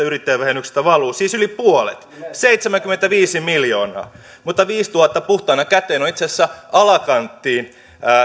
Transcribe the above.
yrittäjävähennyksistä valuu siis yli puolet seitsemänkymmentäviisi miljoonaa mutta viisituhatta euroa puhtaana käteen on itse asiassa alakanttiin